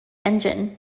engine